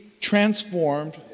transformed